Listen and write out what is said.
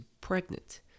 pregnant